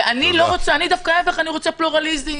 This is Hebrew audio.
אני דווקא להפך אני רוצה פלורליזם,